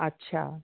अच्छा